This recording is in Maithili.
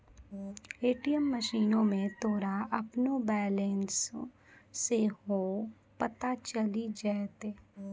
ए.टी.एम मशीनो मे तोरा अपनो बैलेंस सेहो पता चलि जैतै